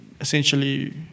essentially